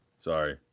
Sorry